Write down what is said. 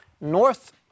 North